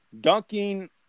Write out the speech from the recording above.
dunking